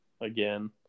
again